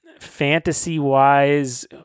Fantasy-wise